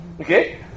okay